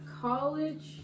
college